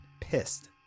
pissed